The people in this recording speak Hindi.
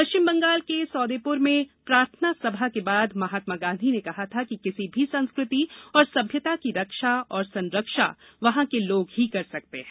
पश्चिम बंगाल के सौदेपुर में प्रार्थना सभा के बाद महात्मा गांधी ने कहा था कि किसी भी संस्कृति और सभ्यता की रक्षा और संरक्षा वहां के लोग ही कर सकते हैं